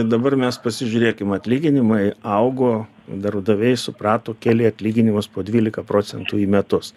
dabar mes pasižiūrėkim atlyginimai augo darbdaviai suprato kėlė atlyginimus po dvylika procentų į metus